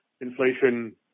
inflation